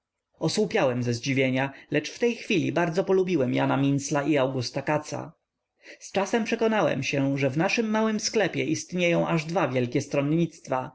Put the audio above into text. osłupiałem ze zdziwienia lecz w tej chwili bardzo polubiłem jana mincla i augusta katza zczasem przekonałem się że w naszym małym sklepie istnieją aż dwa wielkie stronnictwa